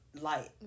light